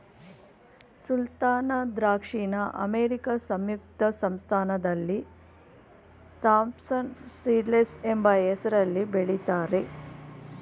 ಸುಲ್ತಾನ ದ್ರಾಕ್ಷಿನ ಅಮೇರಿಕಾ ಸಂಯುಕ್ತ ಸಂಸ್ಥಾನದಲ್ಲಿ ಥಾಂಪ್ಸನ್ ಸೀಡ್ಲೆಸ್ ಎಂಬ ಹೆಸ್ರಲ್ಲಿ ಬೆಳಿತಾರೆ